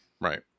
Right